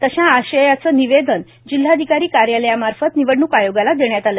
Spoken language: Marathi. तशा आशयाच निवेदन जिल्हाधिकारी कार्यालया मार्फत निवडणूक आयोगाला देण्यात आलं